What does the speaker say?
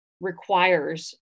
requires